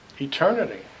eternity